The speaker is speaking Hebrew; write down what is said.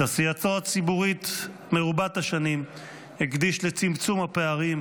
עשייתו הציבורית מרובת השנים הקדיש לצמצום הפערים,